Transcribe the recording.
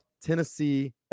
Tennessee